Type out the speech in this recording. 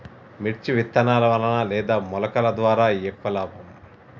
మిర్చి విత్తనాల వలన లేదా మొలకల ద్వారా ఎక్కువ లాభం?